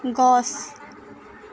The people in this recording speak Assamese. গছ